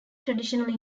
traditionally